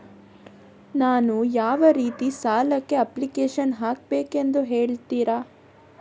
ನಾನು ಯಾವ ರೀತಿ ಸಾಲಕ್ಕೆ ಅಪ್ಲಿಕೇಶನ್ ಹಾಕಬೇಕೆಂದು ಹೇಳ್ತಿರಾ?